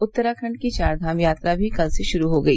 उत्तराखंड की चारधाम यात्रा भी कल से शुरू हो गई